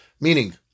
meaning